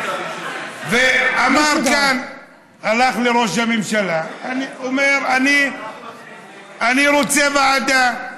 הוא הלך לראש הממשלה, ואמר: אני רוצה ועדה.